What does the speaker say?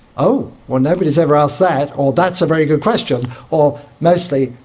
oh, well, nobody has ever asked that or, that's a very good question or, mostly,